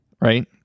Right